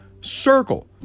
circle